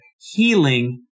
healing